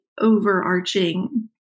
overarching